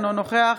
אינו נוכח